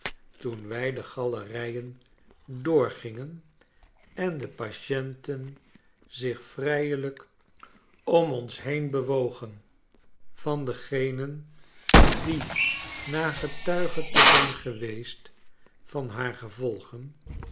toen wy de galerijen doorgingen en de patienten zich vrijelijk om ons heen bewogen van degenen die na getuige te zijn geweest van haar gevolgen